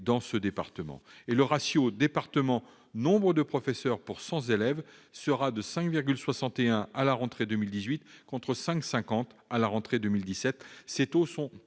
Dans le département, le ratio du nombre de professeurs pour 100 élèves sera de 5,61 à la rentrée 2018, contre 5,50 à la rentrée 2017.